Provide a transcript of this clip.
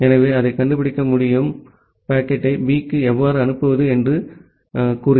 எனவே அதைக் கண்டுபிடிக்க முடியும் பாக்கெட்டை B க்கு எவ்வாறு அனுப்புவது என்று